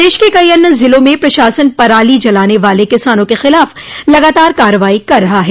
प्रदेश के कई अन्य जिलों में प्रशासन पराली जलाने वाले किसानों के खिलाफ लगातार कार्रवाई कर रहा है